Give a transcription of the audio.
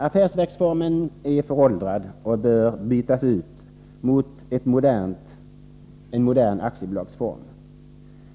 Affärsverksformen är föråldrad och bör bytas ut mot en modern aktiebolagsform.